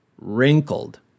wrinkled